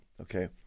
okay